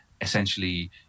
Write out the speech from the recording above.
Essentially